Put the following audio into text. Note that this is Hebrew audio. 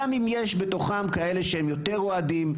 גם אם יש בתוכם כאלה שהם יותר אוהדים,